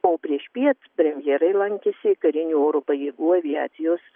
o priešpiet premjerai lankėsi karinių oro pajėgų aviacijos